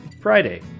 Friday